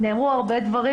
נאמרו הרבה דברים,